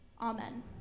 Amen